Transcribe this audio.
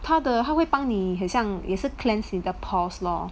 他的他会帮你很像也是 cleanse 你的 pores lor